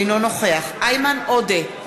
אינו נוכח איימן עודה,